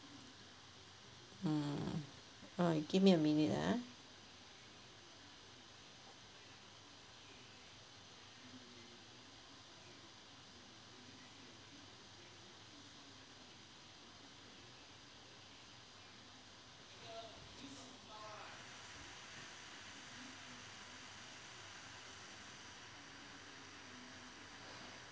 mm err give me a minute ah